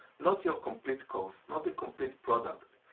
not your complete course, not a complete product.